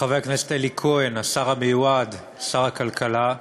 חבר הכנסת אלי כהן, השר המיועד, שר הכלכלה.